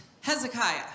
Hezekiah